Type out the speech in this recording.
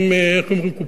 איך אומרים: קופונים?